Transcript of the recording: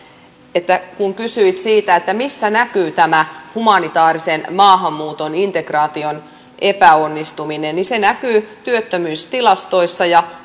kun kysyit siitä että missä näkyy tämä humanitaarisen maahanmuuton integraation epäonnistuminen se näkyy työttömyystilastoissa ja